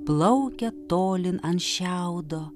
plaukia tolin ant šiaudo